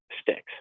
Sticks